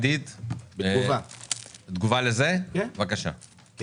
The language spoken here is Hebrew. בבקשה, תגובה.